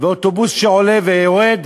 ואוטובוס שעולה ויורד,